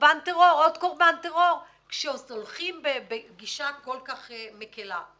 עוד קורבן טרור כשהולכים בגישה כל כך מקלה?